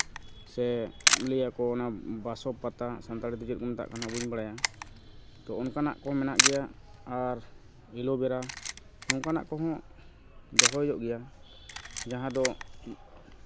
ᱥᱮ ᱤᱭᱟᱹᱠᱚ ᱚᱱᱟ ᱵᱟᱥᱚᱠ ᱯᱟᱛᱟ ᱥᱟᱱᱛᱟᱲᱤ ᱛᱮ ᱪᱮᱫ ᱠᱚ ᱢᱮᱛᱟᱜ ᱠᱟᱱᱟ ᱵᱟᱹᱧ ᱵᱟᱲᱟᱭᱟ ᱛᱚ ᱚᱱᱠᱟᱱᱟᱜ ᱠᱚ ᱢᱮᱱᱟᱜ ᱜᱮᱭᱟ ᱟᱨ ᱮᱞᱚᱵᱮᱨᱟ ᱱᱚᱝᱠᱟᱱᱟᱜ ᱠᱚᱦᱚᱸ ᱫᱚᱦᱚᱭ ᱦᱩᱭᱩᱜ ᱜᱮᱭᱟ ᱡᱟᱦᱟᱸ ᱫᱚ